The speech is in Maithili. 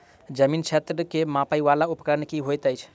जमीन क्षेत्र केँ मापय वला उपकरण की होइत अछि?